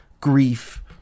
grief